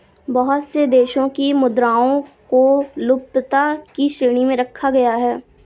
बहुत से देशों की मुद्राओं को लुप्तता की श्रेणी में रखा गया है